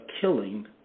killing